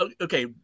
okay